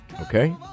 okay